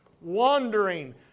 Wandering